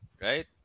Right